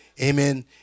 amen